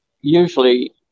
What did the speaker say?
usually